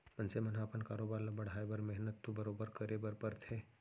मनसे मन ह अपन कारोबार ल बढ़ाए बर मेहनत तो बरोबर करे बर परथे